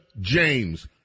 James